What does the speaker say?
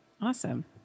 Awesome